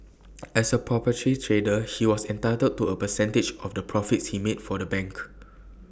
as A proprietary trader he was entitled to A percentage of the profits he made for the bank